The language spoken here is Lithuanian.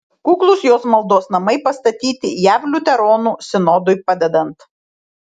kuklūs jos maldos namai pastatyti jav liuteronų sinodui padedant